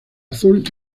azul